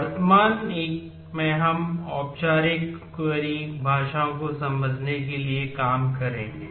वर्तमान 1 में हम औपचारिक क्वेरी भाषाओं को समझने के लिए काम करेंगे